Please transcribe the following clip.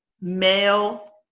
male